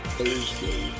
Thursday